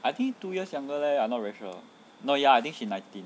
I think two years younger leh I'm not very sure no ya I think she nineteen